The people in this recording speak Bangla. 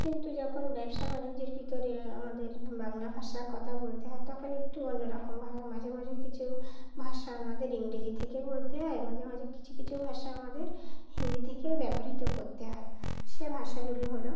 কিন্তু যখন ব্যবসা বাণিজ্যের ভিতরে আমাদের বাংলা ভাষার কথা বলতে হয় তখন একটু অন্যরকম ভা মাঝে মাঝে কিছু ভাষা আমাদের ইংরেজি থেকে বলতে হয় মাঝে মাঝে কিছু কিছু ভাষা আমাদের হিন্দি থেকে ব্যবহৃত করতে হয় সে ভাষাগুলি হলো